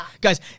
Guys